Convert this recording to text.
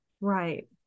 right